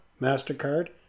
MasterCard